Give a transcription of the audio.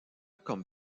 comme